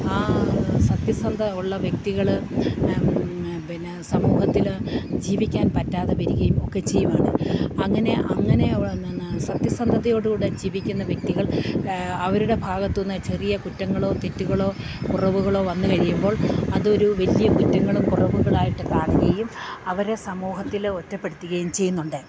ആ സത്യസന്ധത ഉള്ള വ്യക്തികള് പിന്നെ സമൂഹത്തില് ജീവിക്കാൻ പറ്റാതെ വരികയും ഒക്കെ ചെയ്യുവാണ് അങ്ങനെ അങ്ങനെ സത്യസന്ധതയോട് കൂടെ ജീവിക്കുന്ന വ്യക്തികൾ അവരുടെ ഭാഗത്തുന്ന് ചെറിയ കുറ്റങ്ങളോ തെറ്റുകളോ കുറവുകളോ വന്നു കഴിയുമ്പോൾ അതൊരു വലിയ കുറ്റങ്ങളും കുറവുകളായിട്ട് കാണുകയും അവരെ സമൂഹത്തില് ഒറ്റപ്പെടുത്തുകയും ചെയ്യുന്നുണ്ട്